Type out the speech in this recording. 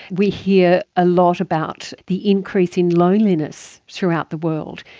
we hear a lot about the increase in loneliness throughout the world.